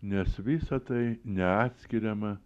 nes visa tai neatskiriama